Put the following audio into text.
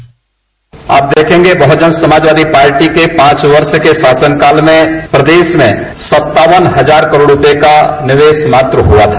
bite आप देखेंगे बहुजन समाजपार्टी के पांच वर्ष के शासन काल में प्रदेश में सत्तावन हजार करोड़ रूपये का निवेश मात्र हुआ था